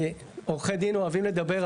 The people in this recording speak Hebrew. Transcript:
עורכי דין אוהבים לדבר הרבה.